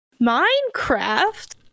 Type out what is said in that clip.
Minecraft